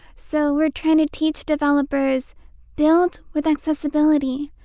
so we're trying to teach developers build with accessibility.